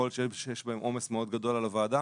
שיכול להיות שיש בהם עומס מאוד גדול על הוועדה.